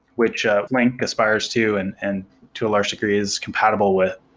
which flink aspires to, and and to a large degree is compatible with.